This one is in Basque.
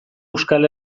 euskal